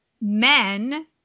men